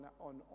on